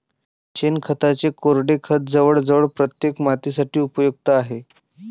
शेणखताचे कोरडे खत जवळजवळ प्रत्येक मातीसाठी उपयुक्त आहे